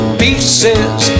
pieces